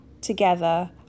together